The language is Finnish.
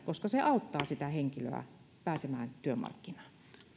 koska se auttaa sitä henkilöä pääsemään työmarkkinoille